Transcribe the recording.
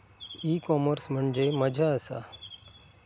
E commerce म्हणजे मझ्या आसा?